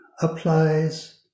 applies